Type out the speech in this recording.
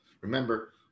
Remember